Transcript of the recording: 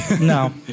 no